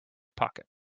pocket